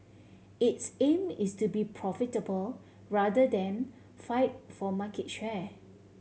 its aim is to be profitable rather than fight for market share